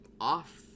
off